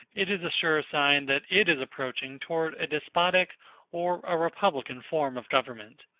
it is a sure sign that it is approaching toward a despotic or a republican form of government.